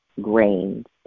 grains